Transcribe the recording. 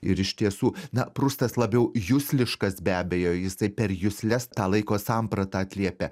ir iš tiesų na prustas labiau jusliškas be abejo jisai per jusles tą laiko sampratą atliepia